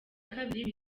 kabiri